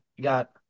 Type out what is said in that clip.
got